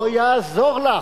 לא יעזור לך,